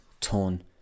torn